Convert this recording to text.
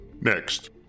Next